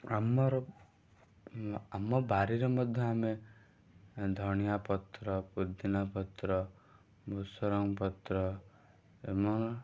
ଆମର ଆମ ବାଡ଼ିରେ ମଧ୍ୟ ଆମେ ଧନିଆ ପତ୍ର ପୋଦିନା ପତ୍ର ଭୃସଙ୍ଗ ପତ୍ର ଏବଂ